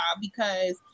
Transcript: because-